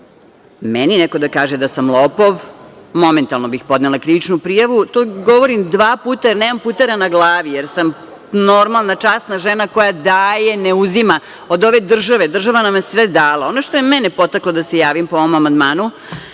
Meni neko da kaže da sam lopov, momentalno bih podnela krivičnu prijavu. To govorim dva puta, jer nemam putera na glavi, jer sam normalna, časna žena koja daje, ne uzima od ove države. Država nam je sve dala. Ono što je mene podstaklo da se javim po ovom amandmanu